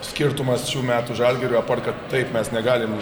skirtumas šių metų žalgirio apart kad taip mes negalime